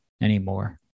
anymore